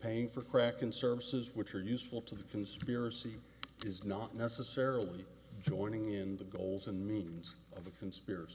paying for crack in services which are useful to the conspiracy is not necessarily joining in the goals and means of a conspiracy